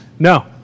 No